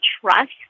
trust